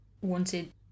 wanted